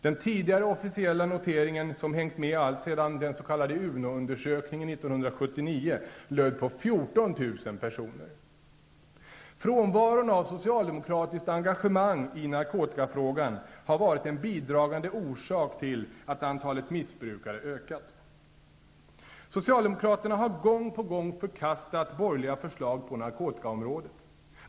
Den tidigare officiella uppgiften som hängt med alltsedan den s.k. UNO-undersökningen 1979 löd på 14 000 personer. Frånvaron av socialdemokratiskt engagemang i narkotikafrågan har varit en bidragande orsak till att antalet missbrukare ökat. Socialdemokraterna har gång på gång förkastat borgerliga förslag på narkotikaområdet.